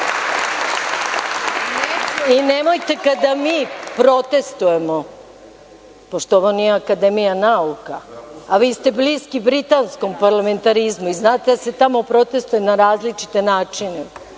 pobeđuje. Nemojte kada mi protestvujemo, pošto ovo nije Akademija nauka, a vi ste bliski britanskom parlamentarizmu i znate da se tamo protestvuje na različite načine,